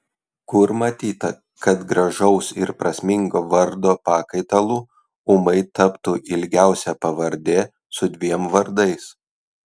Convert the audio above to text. kur matyta kad gražaus ir prasmingo vardo pakaitalu ūmai taptų ilgiausia pavardė su dviem vardais